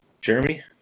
Jeremy